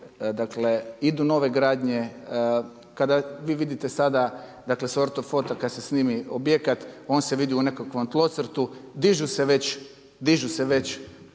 dakle idu nove gradnje. Kada vi vidite sada s ortofoto kada se snimi objekat on se vidi u nekakvom tlocrtu, dižu se već kat gore